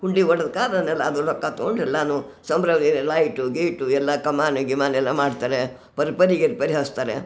ಹುಂಡಿ ಒಡುದು ರೊಕ್ಕ ತಗೊಂಡು ಎಲ್ಲಾನು ಸಂಭ್ರಮ ಲೈಟು ಗೀಟು ಎಲ್ಲ ಕಮಾನು ಗಿಮಾನು ಎಲ್ಲ ಮಾಡ್ತಾರೆ ಪರಿ ಪರಿಗೆ ಪರಿ ಹಾಸ್ತಾರೆ